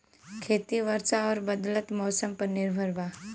खेती वर्षा और बदलत मौसम पर निर्भर बा